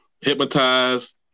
hypnotized